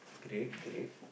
great great